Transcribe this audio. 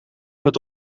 het